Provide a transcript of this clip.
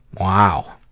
Wow